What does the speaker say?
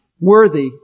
worthy